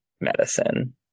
medicine